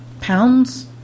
pounds